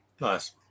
Nice